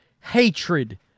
hatred